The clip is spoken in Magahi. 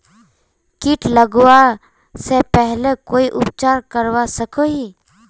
किट लगवा से पहले कोई उपचार करवा सकोहो ही?